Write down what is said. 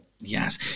Yes